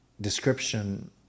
description